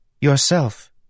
Yourself